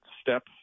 step